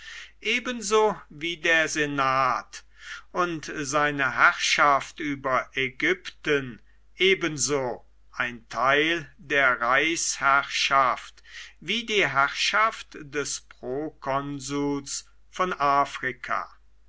ebenso wie der senat und seine herrschaft über ägypten geradeso ein teil der reichsherrschaft wie die herrschaft des prokonsuls von afrika